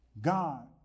God